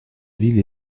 ville